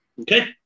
Okay